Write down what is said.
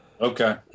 Okay